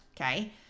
Okay